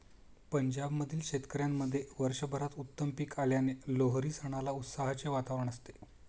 पंजाब मधील शेतकऱ्यांमध्ये वर्षभरात उत्तम पीक आल्याने लोहरी सणाला उत्साहाचे वातावरण असते